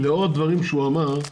לאור הדברים שהוא אמר,